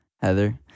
Heather